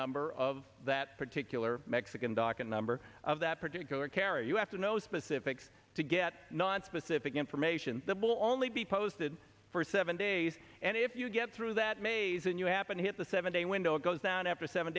number of that particular mexican docket number of that particular carrier you have to know specifics to get nonspecific information that will only be posted for seven days and if you get through that maze and you happen to hit the seven day window it goes down after seven